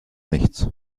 nichts